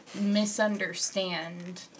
misunderstand